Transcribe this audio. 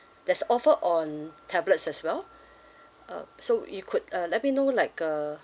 there's offer on tablets as well uh so you could uh let me know like uh